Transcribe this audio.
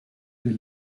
del